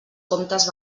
comptes